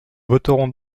voterons